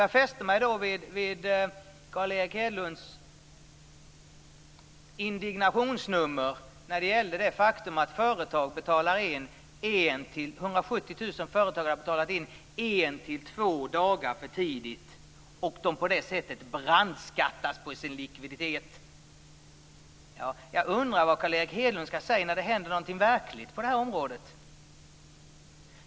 Jag fäste mig vid Carl Erik Hedlunds indignationsnummer när det gällde det faktum att 170 000 företag hade betalat en till två dagar för tidigt och på det sättet brandskattats på sin likviditet. Jag undrar var Carl Erik Hedlund skall säga när det verkligen händer något på det här området.